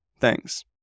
Thanks